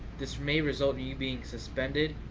this may result in you being suspended,